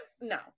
no